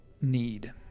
need